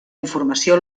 informació